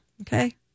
Okay